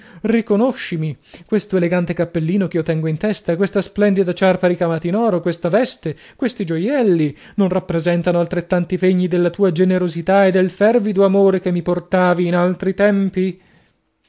riconoscimi questo elegante cappellino ch'io tengo in testa questa splendida ciarpa ricamata in oro questa veste questi gioielli non rappresentano altrettanti pegni della tua generosità e del fervido amore che mi portavi in altri tempi